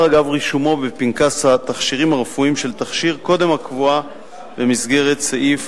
אגב רישומו בפנקס התכשירים הרפואיים של תכשיר קודם הקבועה במסגרת סעיף